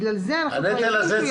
בגלל זה חוששים שהוא יפר את חובת הבידוד.